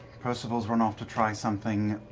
percival's run off to try something,